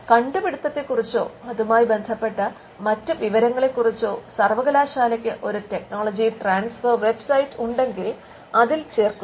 കണ്ടുപിടുത്തത്തെക്കുറിച്ചോ അതുമായി ബന്ധപ്പെട്ട മറ്റ് വിവരങ്ങളെക്കുറിച്ചോ സർവ്വകലാശാലയ്ക്ക് ഒരു ടെക്നോളജി ട്രാൻസ്ഫർ വെബ്സൈറ്റ് ഉണ്ടെങ്കിൽ അതിൽ ചേർക്കുന്നു